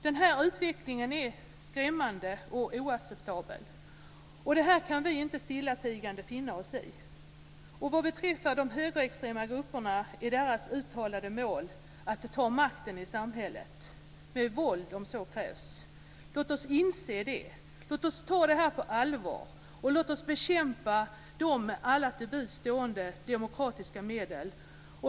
Den här utvecklingen är skrämmande och oacceptabel. Detta kan vi inte stillatigande finna oss i. Vad beträffar de högerextrema grupperna är deras uttalade mål att ta makten i samhället - med våld om så krävs. Låt oss inse det. Låt oss ta detta på allvar. Låt oss bekämpa dem med alla till buds stående demokratiska medel.